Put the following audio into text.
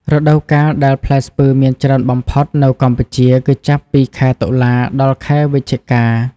រដូវកាលដែលផ្លែស្ពឺមានច្រើនបំផុតនៅកម្ពុជា គឺចាប់ពី ខែតុលា ដល់ ខែវិច្ឆិកា។